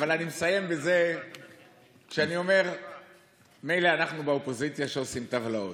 אבל אני מסיים בזה שאני אומר שמילא אנחנו באופוזיציה עושים טבלאות,